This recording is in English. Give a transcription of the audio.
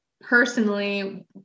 personally